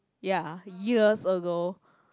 ya years ago